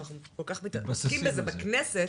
שאנחנו כל כך מתעסקים בזה בכנסת